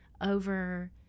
over